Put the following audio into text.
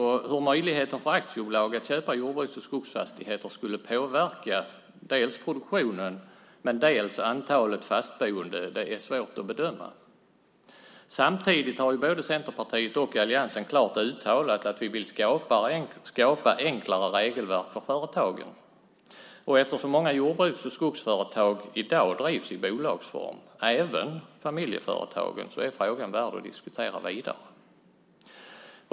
Hur möjligheten för aktiebolag att köpa jordbruks och skogsfastigheter skulle påverka dels produktionen, dels antalet fastboende är svårt att bedöma. Samtidigt har både Centerpartiet och alliansen klart uttalat att vi vill skapa enklare regelverk för företagen. Och eftersom många jordbruks och skogsföretag i dag drivs i bolagsform, även familjeföretagen, är frågan värd att diskutera vidare.